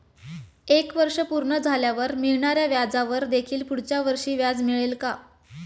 एक वर्ष पूर्ण झाल्यावर मिळणाऱ्या व्याजावर देखील पुढच्या वर्षी व्याज मिळेल का?